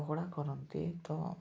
ପକୋଡ଼ା କରନ୍ତି ତ